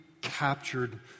captured